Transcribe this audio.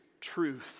truth